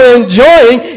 enjoying